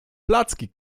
placki